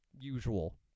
usual